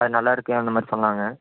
அது நல்லாருக்கு அந்தமாதிரி சொன்னாங்க